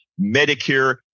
Medicare